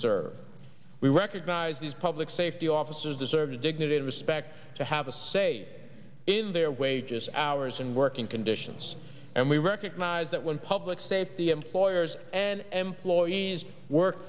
sir we recognize these public safety officers deserve the dignity and respect to have a say in their wages hours and working conditions and we recognize that when public safety employers and employees work